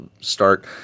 start